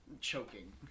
choking